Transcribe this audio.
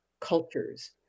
cultures